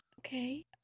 Okay